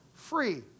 free